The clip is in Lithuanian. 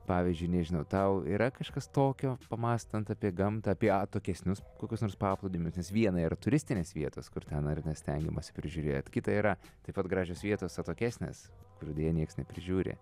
pavyzdžiui nežinau tau yra kažkas tokio pamąstant apie gamtą apie atokesnius kokius nors paplūdimius nes viena yra turistinės vietos kur ten ar ne stengiamasi prižiūrėt kita yra taip pat gražios vietos atokesnės kurių deja nieks neprižiūri